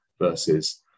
versus